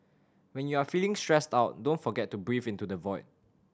when you are feeling stressed out don't forget to breathe into the void